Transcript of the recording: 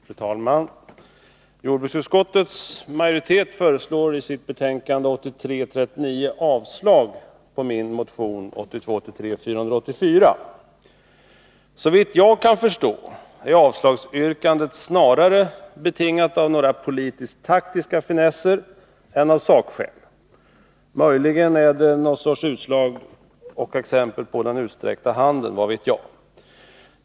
Fru talman! Jordbruksutskottets majoritet yrkar i sitt betänkande 1982 83:484. Såvitt jag kan förstå är avslagsyrkandet snarare betingat av några politiskt taktiska finesser än av sakskäl. Möjligen är det något slags utslag av eller ett exempel på socialdemokraternas utsträckta hand — vad vet jag.